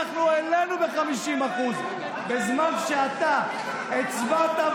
אנחנו העלינו ב-50% בזמן שאתה הצבעת,